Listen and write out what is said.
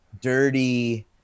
dirty